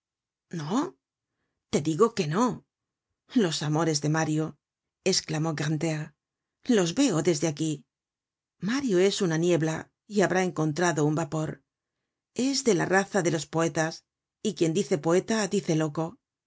te digo que no los amores de mario esclamó grantaire los veo desde aquí mario es una niebla y habrá encontrado un vapor es de la raza de los poetas y quien dice poeta dice loco